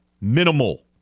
minimal